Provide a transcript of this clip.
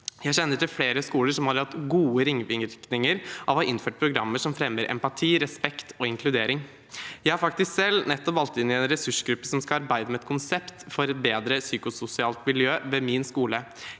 Jeg kjenner til flere skoler som har sett gode ringvirkninger av å ha innført programmer som fremmer empati, respekt og inkludering. Jeg er faktisk selv nettopp valgt inn i en ressursgruppe som skal arbeide med et konsept for et bedre psykososialt miljø ved min skole.